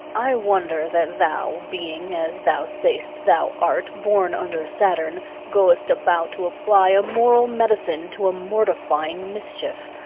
i wonder that thou, being, as thou say'st thou art born under saturn, goest about to apply a moral medicine to a mortifying mischief.